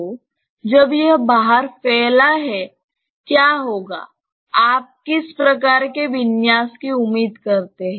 तो जब यह बाहर फैला है क्या होगा आप किस प्रकार के विन्यास कॉन्फ़िगरेशनconfiguration की उम्मीद करते हैं